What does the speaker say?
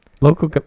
Local